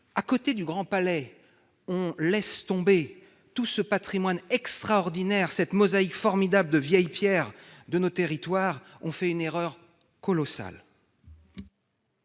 français -, mais si on laissait tomber tout ce patrimoine extraordinaire, cette mosaïque formidable de vieilles pierres de nos territoires, on ferait une erreur colossale